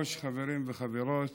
דרכים למאבק